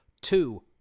Two